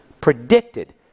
predicted